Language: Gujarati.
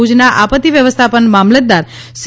ભુજના આપત્તિ વ્યવસ્થાપન મામલતદાર સી